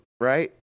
right